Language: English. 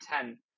ten